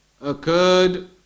occurred